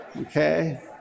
Okay